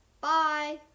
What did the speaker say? Bye